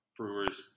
Brewers